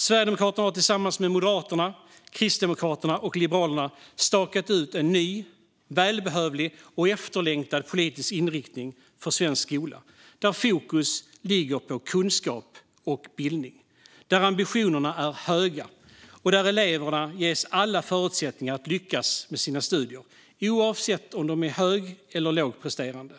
Sverigedemokraterna har tillsammans med Moderaterna, Kristdemokraterna och Liberalerna stakat ut en ny, välbehövlig och efterlängtad politisk inriktning för svensk skola, där fokus ligger på kunskap och bildning, där ambitionerna är höga och där eleverna ges alla förutsättningar att lyckas med sina studier, oavsett om de är hög eller lågpresterande.